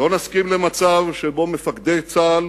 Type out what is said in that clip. לא נסכים למצב שבו מפקדי צה"ל